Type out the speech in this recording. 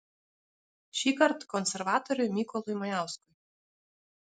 šįkart konservatoriui mykolui majauskui